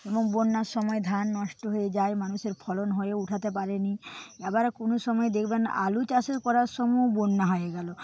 এবং বন্যার সময় ধান নষ্ট হয়ে যায় মানুষের ফলন হয়ে উঠাতে পারেনি আবার কোনও সময় দেখবেন আলু চাষ করার সময়ও বন্যা হয়ে গেল